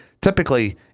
typically